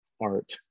art